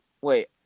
Wait